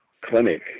clinic